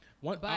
One